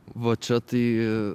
va čia tai